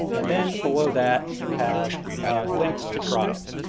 and then below that, you have links to tribes.